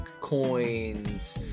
coins